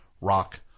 rock